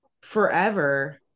forever